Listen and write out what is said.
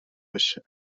بشه